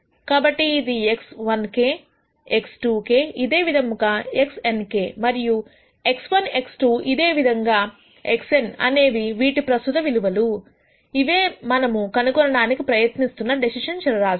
కాబట్టి ఇది x1k x2k ఇదే విధముగా xnk మరియు x1 x2 ఇదే విధముగా x n అనేవి వీటి ప్రస్తుత విలువలు ఇవే మనము కనుగొనడానికి ప్రయత్నిస్తున్న డెసిషన్ చరరాశులు